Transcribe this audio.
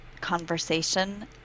conversation